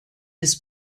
his